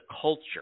culture